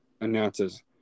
announces